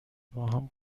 باهم